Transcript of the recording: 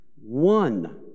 one